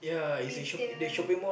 with the